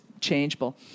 changeable